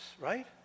right